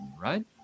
right